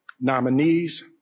nominees